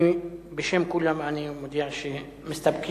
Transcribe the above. בשם כולם, אני מודיע שמסתפקים.